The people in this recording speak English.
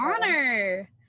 honor